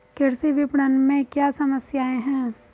कृषि विपणन में क्या समस्याएँ हैं?